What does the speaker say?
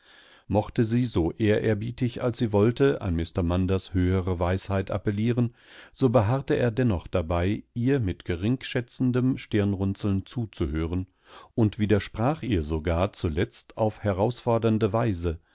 mochte sie so ehrerbietig als sie wollte an mr munders höhrere weisheit appellieren so beharrte er dennoch dabei ihr mit geringschätzendem stirnrunzeln zuzuhören und widersprach ihr sogar zuletzt auf herausfordernde weise